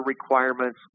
requirements